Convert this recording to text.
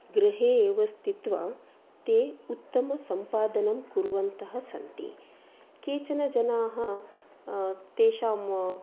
गृहे एव स्थित्वा ते उत्तम संपादनं कुर्वन्तः सन्ति केचन जनाः तेषां